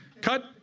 cut